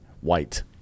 White